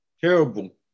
Terrible